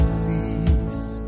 cease